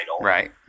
right